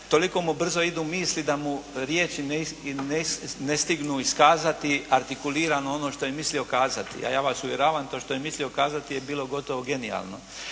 toliko mu brzo idu misli da mu riječi ne stignu iskazati artikulirano ono što je mislio kazati, a ja vas uvjeravam to što je mislio kazati je bilo gotovo genijalno.